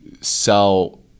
sell